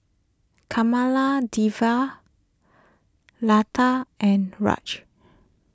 Kamaladevi Lata and Raj